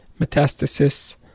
metastasis